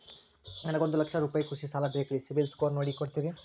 ನನಗೊಂದ ಲಕ್ಷ ರೂಪಾಯಿ ಕೃಷಿ ಸಾಲ ಬೇಕ್ರಿ ಸಿಬಿಲ್ ಸ್ಕೋರ್ ನೋಡಿ ಕೊಡ್ತೇರಿ?